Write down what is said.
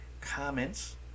comments